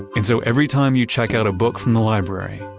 and so every time you check out a book from the library,